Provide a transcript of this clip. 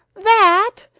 that!